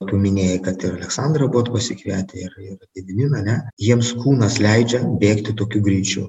tu minėjai kad ir aleksandrą buvot pasikvietę ir ir gediminą ne jiems kūnas leidžia bėgti tokiu greičiu